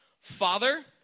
Father